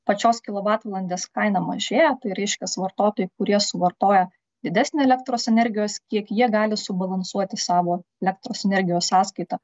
pačios kilovatvalandės kaina mažėja tai reiškias vartotojai kurie suvartoja didesnį elektros energijos kiekį jie gali subalansuoti savo elektros energijos sąskaitą